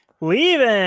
Leaving